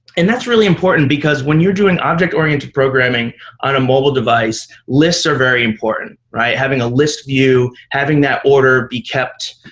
and that's really important, because when you're doing object-oriented programming on a mobile device, lists are very important. having a list view, having that order be kept